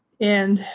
and